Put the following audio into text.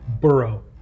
burrow